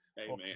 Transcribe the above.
Amen